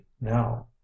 now